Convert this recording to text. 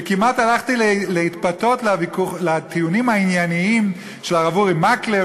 וכמעט התפתיתי לטיעונים הענייניים של הרב אורי מקלב,